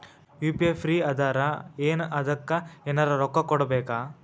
UPI free ಅದಾರಾ ಏನ ಅದಕ್ಕ ಎನೆರ ರೊಕ್ಕ ಕೊಡಬೇಕ?